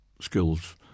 skills